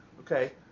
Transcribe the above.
okay